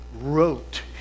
wrote